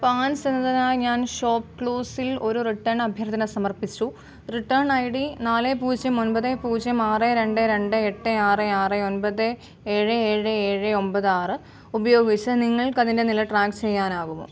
pants എന്നതിനായി ഞാൻ ഷോപ്പ്ക്ലൂസിൽ ഒരു റിട്ടേൺ അഭ്യർത്ഥന സമർപ്പിച്ചു റിട്ടേൺ ഐ ഡി നാല് പൂജ്യം ഒൻപത് പൂജ്യം ആറ് രണ്ട് രണ്ട് എട്ട് ആറ് ആറ് ഒൻപത് ഏഴ് ഏഴ് ഏഴ് ഒമ്പത് ആറ് ഉപയോഗിച്ച് നിങ്ങൾക്ക് അതിൻ്റെ നില ട്രാക്ക് ചെയ്യാനാകുമോ